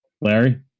Larry